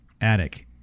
attic